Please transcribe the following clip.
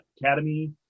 Academy